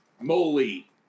moly